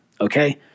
okay